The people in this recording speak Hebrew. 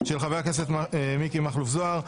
של חבר הכנסת מיקי מכלוף זוהר,